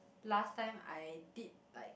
last time I did like